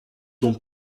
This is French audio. dont